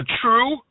true